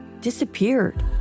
disappeared